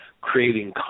creating